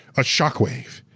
a shockwave.